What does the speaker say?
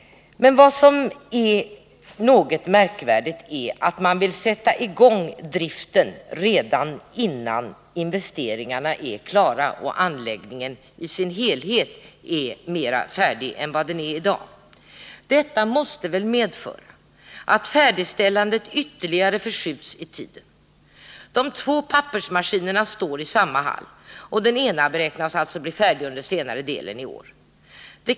Vad som är något märkligt är att man vill sätta i gång driften redan innan 57 investeringarna är klara och anläggningen i sin helhet är mer färdig än vad den är i dag. Detta måste medföra att färdigställandet ytterligare förskjuts i tiden. De två pappersmaskinerna står i samma hall, och den ena beräknas bli färdig under senare delen av innevarande år.